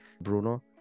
bruno